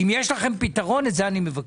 אם יש לכם פתרון אני מבקש,